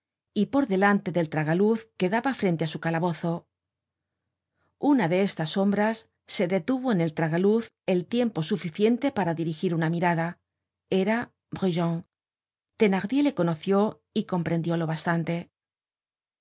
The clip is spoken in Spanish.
y por delante del tragaluz que daba frente á su calabozo una de estas sombras se detuvo en el tragaluz el iempo suficiente para dirigir una mirada era brujon thenardier le conoció y comprendió lo bastante